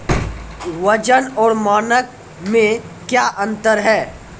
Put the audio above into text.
वजन और मानक मे क्या अंतर हैं?